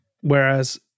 Whereas